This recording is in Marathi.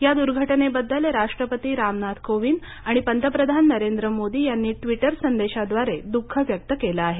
या दुर्घटनेबद्दल राष्ट्रपती रामनाथ कोविंद आणि पंतप्रधान नरेंद्र मोदी यांनी ट्विटर संदेशाद्वारे दुःख व्यक्त केले आहे